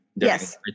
Yes